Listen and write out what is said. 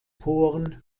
poren